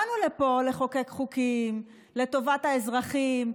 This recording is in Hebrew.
באנו לפה לחוקק חוקים לטובת האזרחים.